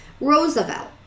Roosevelt